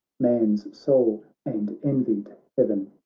man's sole and envied heaven.